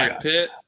Pitt